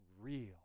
real